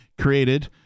created